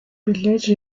bilhete